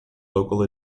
local